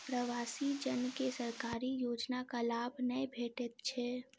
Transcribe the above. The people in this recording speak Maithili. प्रवासी जन के सरकारी योजनाक लाभ नै भेटैत छै